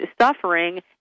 suffering